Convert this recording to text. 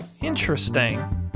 interesting